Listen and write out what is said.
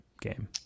game